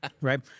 Right